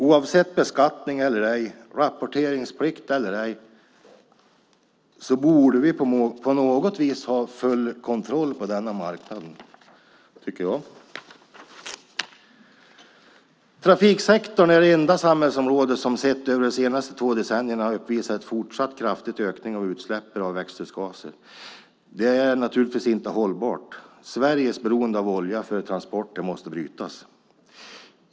Oavsett beskattning eller ej och oavsett rapporteringsplikt eller ej borde vi på något vis ha full kontroll på den marknaden. Trafiksektorn är det enda samhällsområde som har uppvisat en fortsatt kraftig ökning av utsläppen av växthusgaser under de senaste två decennierna. Det är naturligtvis inte hållbart. Sveriges beroende av olja för transporter måste brytas.